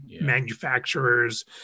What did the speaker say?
manufacturers